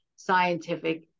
scientific